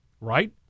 right